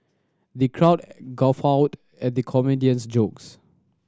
the crowd guffawed at the comedian's jokes